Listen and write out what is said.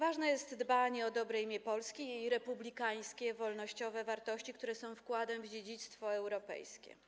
Ważne jest dbanie o dobre imię Polski i republikańskie, wolnościowe wartości, które są wkładem w dziedzictwo europejskie.